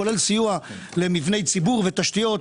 כולל סיוע למבני ציבור ותשתיות,